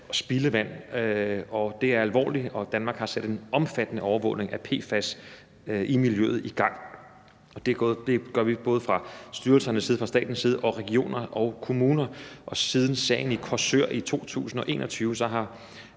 spildevand, og det er alvorligt. Danmark har sat en omfattende overvågning af PFAS i miljøet i gang, og det gør vi både fra styrelsernes side, fra statens side og i regioner og kommuner. Siden sagen i Korsør i 2021 har